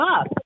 up